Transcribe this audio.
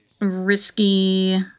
Risky